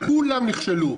כולם נכשלו.